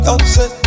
Upset